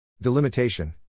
DELIMITATION